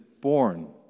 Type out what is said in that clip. born